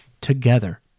together